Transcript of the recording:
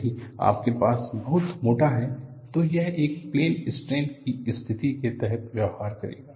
यदि आपके पास बहुत मोटा है तो यह एक प्लेन स्ट्रेन की स्थिति की तरह व्यवहार करेगा